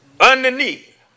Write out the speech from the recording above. underneath